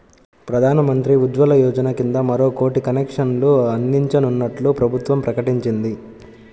ప్రధాన్ మంత్రి ఉజ్వల యోజన కింద మరో కోటి కనెక్షన్లు అందించనున్నట్లు ప్రభుత్వం ప్రకటించింది